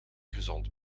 gezond